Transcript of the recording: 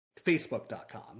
facebook.com